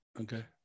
okay